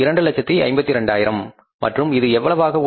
252000 மற்றும் இது எவ்வளவு ஆக உள்ளது